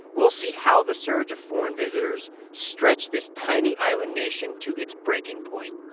we'll see how the surge of foreign visitors stretched this tiny island nation to its breaking point